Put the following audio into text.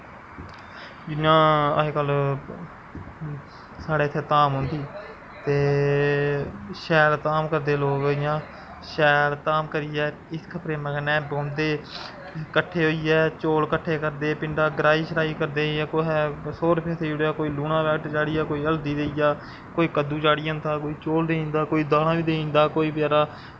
इ'यां अजकल्ल साढ़ै इत्थें धाम होंदी ते शैल धाम करदे लोग इ'यां शैल धाम करिया हिरख प्रेमै कन्नै बौंह्दे कट्ठे होइयै चौल कट्ठे करदे पिंडा गराही शराही करदे इ'यां कुसै सौ रपेआ चाढ़ियां कुसै लूना दा पैक्ट चाढ़ियै कुसै हल्दी देई गेआ कोई कद्दू चाढ़ी जंदा कोई चौल देई जंदा कोई दालां कोई बचैरा